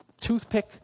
toothpick